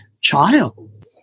child